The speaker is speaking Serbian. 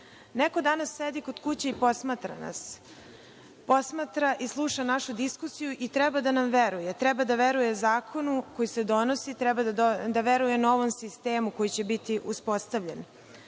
Neko danas sedi kod kuće i posmatra nas. Posmatra i sluša našu diskusiju i treba da nam veruje, treba da veruje zakonu koji se donosi, treba da veruje novom sistemu koji će biti uspostavljen,